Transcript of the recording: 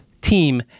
team